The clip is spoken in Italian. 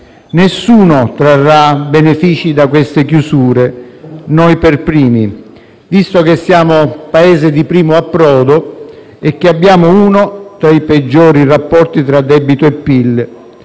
Nessuno trarrà benefici da queste chiusure, noi per primi, visto che siamo Paese di primo approdo e che abbiamo uno dei peggiori rapporti tra debito e PIL